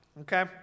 okay